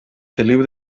feliu